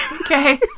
Okay